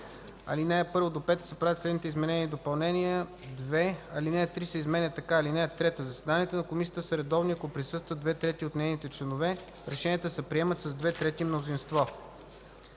ал. 1-5 се правят следните изменения и допълнения: ... 2. Алинея 3 се изменя така: „(3) Заседанията на Комисията са редовни, ако присъстват две трети от нейните членове. Решенията се приемат с две трети мнозинство”.”